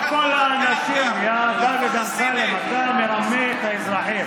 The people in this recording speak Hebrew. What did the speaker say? לא כל האנשים, יא דוד אמסלם, אתה מרמה את האזרחים.